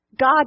God